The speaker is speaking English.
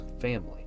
family